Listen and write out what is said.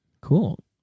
Cool